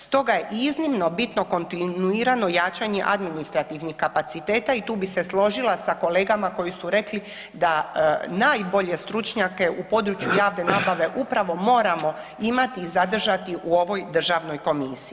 Stoga je iznimno bitno kontinuirano jačanje administrativnih kapaciteta i tu bi se složila sa kolegama koji su rekli da najbolje stručnjake u području javne nabave upravo moramo imati i zadržati u ovoj državnoj komisiji.